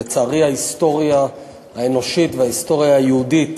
לצערי, ההיסטוריה האנושית וההיסטוריה היהודית